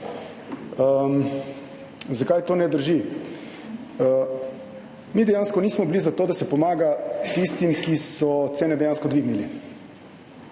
Zakaj to ne drži? Mi dejansko nismo bili za to, da se pomaga tistim, ki so cene dejansko dvignili